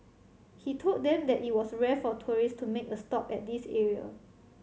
he told them that it was rare for tourist to make a stop at this area